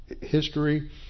history